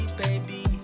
baby